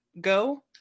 Go